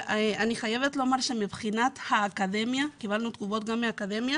אני חייבת לומר שמבחינת האקדמיה קיבלנו תגובות גם מהאקדמיה